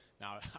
now